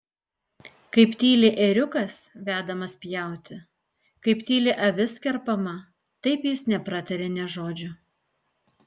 kaip tyli ėriukas vedamas pjauti kaip tyli avis kerpama taip jis nepratarė nė žodžio